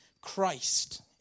Christ